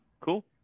cool